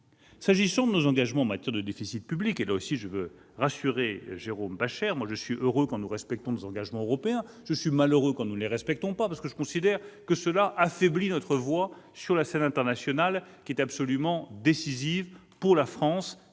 S'agissant de nos engagements en matière de déficit public, je veux rassurer Jérôme Bascher : je suis heureux quand nous respectons nos engagements européens et malheureux quand nous ne les respectons pas, parce que je considère que cela affaiblit notre voix sur la scène internationale, alors que celle-ci est absolument décisive. La France